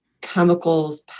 chemicals